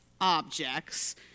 objects